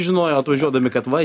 žinojo atvažiuodami kad va